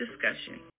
discussion